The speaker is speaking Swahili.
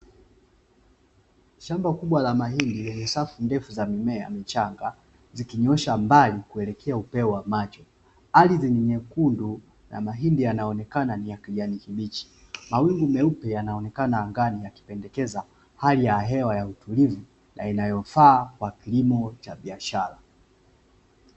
Shamba kubwa la mahindi lenye safu ndefu za mimea michanga zikiinyoosha mbali kuelekea upeo wa macho, ardhi ni nyekundu na mahindi yanaonekana ni ya kijani kibichi. Mawingu meupe yanaonekana angani yakipendekeza hali ya hewa ya utulivu, na inayofaa kwa kilimo cha biashara.